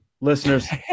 listeners